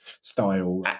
style